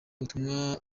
butumwa